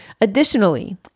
Additionally